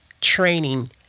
training